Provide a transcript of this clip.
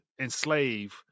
enslave